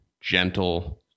gentle